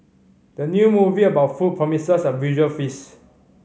the new movie about food promises a visual feast